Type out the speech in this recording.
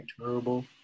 Terrible